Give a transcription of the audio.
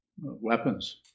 weapons